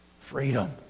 freedom